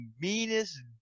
meanest